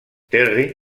terry